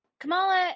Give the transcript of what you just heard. Kamala